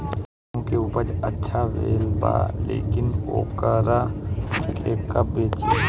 गेहूं के उपज अच्छा भेल बा लेकिन वोकरा के कब बेची?